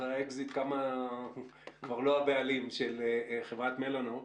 אחרי האקזיט, אתה כבר לא הבעלים של חברת מלאנוקס.